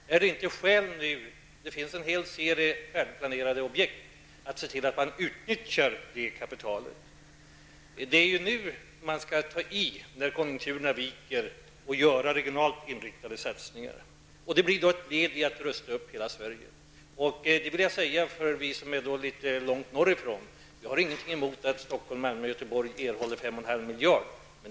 Finns det inte skäl nu -- det finns en hel serie välplanerade objekt -- att se till att kapitalet utnyttjas? Man skall ju ta i när konjunkturerna viker. Då skall man göra regionalt inriktade satsningar. Det blir då fråga om ett led i upprustningen av hela Sverige. Vi som kommer litet långt norrifrån har ingenting emot att miljarder kronor.